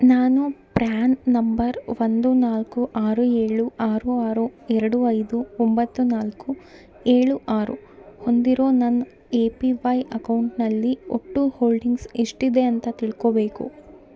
ನಾನು PAN number ಒಂದು ನಾಲ್ಕು ಆರು ಏಳು ಆರು ಆರು ಎರಡು ಐದು ಒಂಬತ್ತು ನಾಲ್ಕು ಏಳು ಆರು ಹೊಂದಿರೋ ನನ್ನ ಎ ಪಿ ವೈ ಅಕೌಂಟ್ನಲ್ಲಿ ಒಟ್ಟು ಹೋಲ್ಡಿಂಗ್ಸ್ ಎಷ್ಟಿದೆ ಅಂತ ತಿಳ್ಕೋಬೇಕು